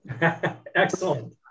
Excellent